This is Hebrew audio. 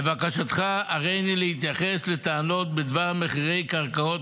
לבקשתך הריני להתייחס לטענות בדבר מחירי קרקעות